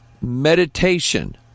meditation